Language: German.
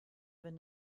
wenn